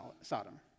Sodom